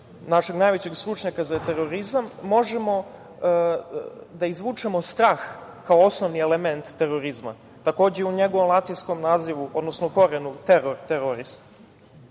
našeg najvećeg stručnjaka za terorizam, možemo da izvučemo strah kao osnovni element terorizma. Takođe i u njegovom latinskom nazivu, odnosno korenu – teror, terorist.A